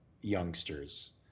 youngsters